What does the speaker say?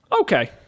Okay